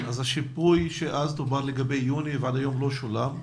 אז השיפוי שאז דובר לגבי יוני ועד היום לא שולם,